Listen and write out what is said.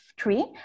three